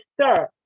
sir